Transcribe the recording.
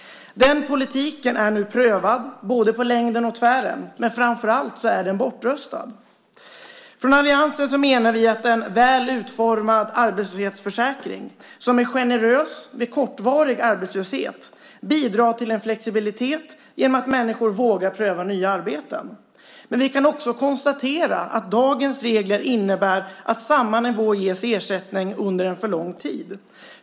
Den politiken har nu prövats på både längden och tvären, men framför allt är den bortröstad. Vi i alliansen menar att en väl utformad arbetslöshetsförsäkring som är generös vid kortvarig arbetslöshet bidrar till flexibilitet genom att människor vågar pröva nya arbeten. Men vi kan också konstatera att dagens regler innebär att samma nivå på ersättningen ges under för lång tid.